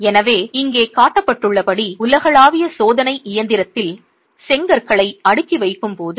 எனவே இங்கே காட்டப்பட்டுள்ளபடி உலகளாவிய சோதனை இயந்திரத்தில் செங்கற்களை அடுக்கி வைக்கும் போது